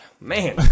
man